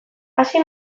hasi